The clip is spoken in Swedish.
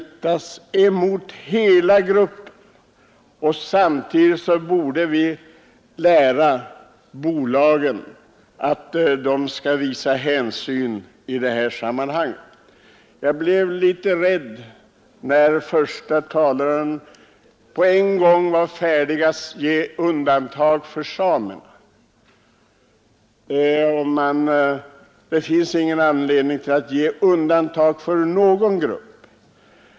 Samtidigt borde vi lära bolagen att de måste visa hänsyn. Jag blev litet rädd när den förste talaren var beredd att medge undantag för samerna. Det finns ingen anledning att medge undantag för någon grupp.